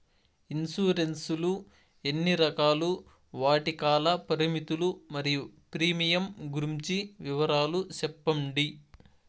Insurance లు ఎన్ని రకాలు? వాటి కాల పరిమితులు మరియు ప్రీమియం గురించి వివరాలు సెప్పండి?